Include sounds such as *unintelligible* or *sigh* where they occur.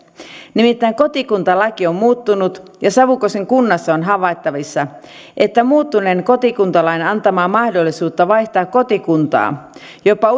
nimittäin kotikuntalaki on muuttunut ja savukosken kunnassa on havaittavissa että muuttuneen kotikuntalain antamaa mahdollisuutta vaihtaa kotikuntaa jopa *unintelligible*